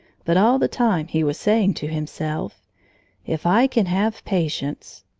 but all the time he was saying to himself if i can have patience,